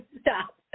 stop